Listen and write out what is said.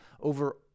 over